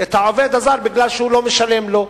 את העובד הזר כי הוא לא משלם לו.